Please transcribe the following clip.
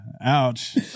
Ouch